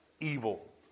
evil